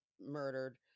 murdered